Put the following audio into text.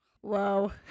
whoa